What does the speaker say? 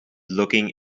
looking